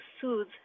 soothe